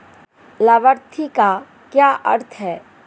लाभार्थी का क्या अर्थ है?